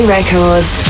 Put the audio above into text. Records